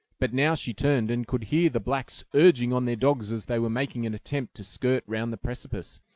but now she turned, and could hear the blacks urging on their dogs as they were making an attempt to skirt round the precipice,